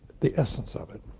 the essence of it.